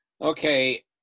Okay